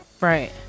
Right